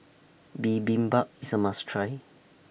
Bibimbap IS A must Try